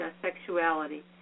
Sexuality